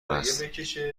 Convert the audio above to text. است